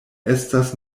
estas